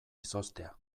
izoztea